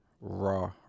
raw